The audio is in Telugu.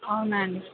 అవునాండి